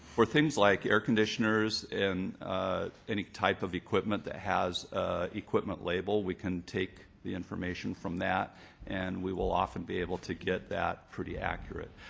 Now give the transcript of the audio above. for things like air conditioners and any type of equipment that has an equipment label, we can take the information from that and we will often be able to get that pretty accurate.